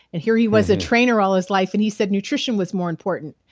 and here he was a trainer all his life and he said nutrition was more important.